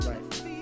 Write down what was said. Right